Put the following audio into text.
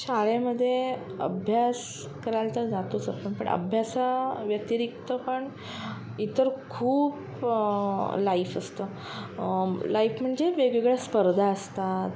शाळेमध्ये अभ्यास करायला तर जातोच आपण पण अभ्यासाव्यतिरिक्त पण इतर खूप लाईफ असतं लाईफ म्हणजे वेगवेगळ्या स्पर्धा असतात